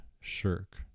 shirk